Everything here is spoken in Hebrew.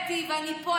הבאתי ואני פה.